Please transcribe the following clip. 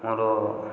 ମୋର